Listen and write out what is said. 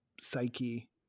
psyche